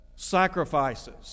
sacrifices